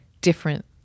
different